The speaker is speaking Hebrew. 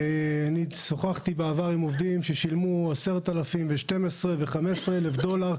שוחחתי בעבר עם עובדים ששילמו עד 15,000 דולר,